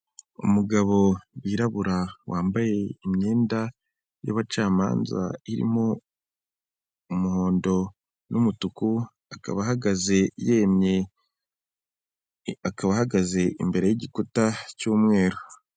Umugabo wirarabura wambaye imyenda y'abacamanza irimo umuhondo n'umutuku, akaba ahagaze yemye, akaba ahagaze imbere y'igikuta cy'umweru.